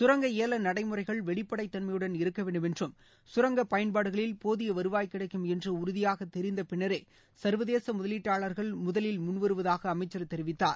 கரங்க ஏல நடைமுறைகள் வெளிப்படை தன்மையுடன் இருக்க வேண்டும் என்றும் கரங்க பயன்பாடுகளில் போதிய வருவாய் கிடைக்கும் என்று உறுதியாக தெரிந்த பின்னரே சர்வதேச முதலிட்டாளர்கள் முதலில் முன்வருவதாக அமைச்சர் தெரிவித்தார்